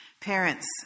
Parents